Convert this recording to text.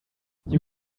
you